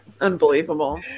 Unbelievable